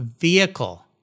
vehicle